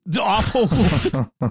awful